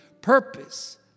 purpose